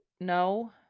no